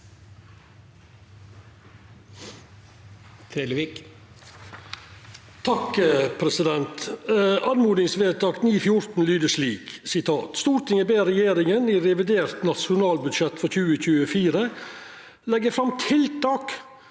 Oppmodingsvedtak 914 lyder slik: «Stortinget ber regjeringen i revidert nasjonalbudsjett for 2024 legge frem tiltak